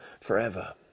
forever